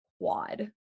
quad